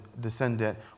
descendant